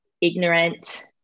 ignorant